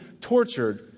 tortured